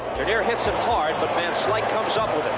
dernier hits it hard, but then slyke comes up